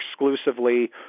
exclusively